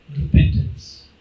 repentance